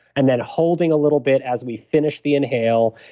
and then holding a little bit as we finish the inhale,